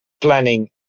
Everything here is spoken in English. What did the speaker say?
planning